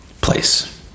place